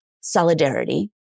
solidarity